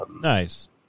nice